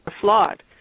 flawed